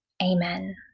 Amen